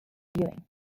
viewing